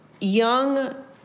young